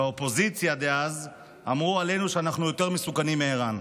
והאופוזיציה דאז אמרו עלינו שאנחנו יותר מסוכנים מאיראן.